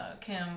Kim